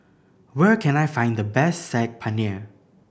where can I find the best Saag Paneer